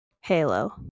Halo